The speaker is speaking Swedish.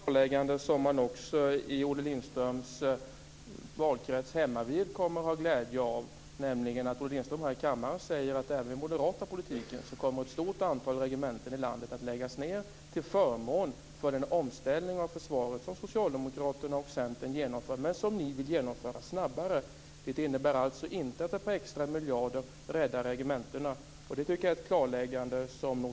Fru talman! Jag tror att detta är ett värdefullt klarläggande som man också i Olle Lindströms valkrets kommer att ha glädje av. Olle Lindström säger ju här i kammaren att även med moderat politik kommer ett stort antal regementen i landet att läggas ned, till förmån för den omställning av försvaret som Socialdemokraterna och Centern genomför men som ni vill genomföra snabbare. Det innebär alltså inte att ett par extra miljarder räddar regementena. Det tycker jag är ett klarläggande.